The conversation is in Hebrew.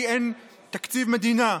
כי אין תקציב מדינה.